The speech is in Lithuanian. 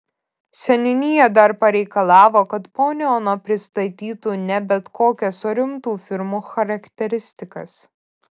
seniūnija dar pareikalavo kad ponia ona pristatytų ne bet kokias o rimtų firmų charakteristikas